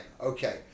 okay